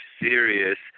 serious